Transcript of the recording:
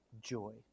joy